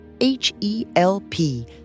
H-E-L-P